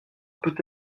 peut